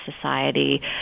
society